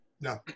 No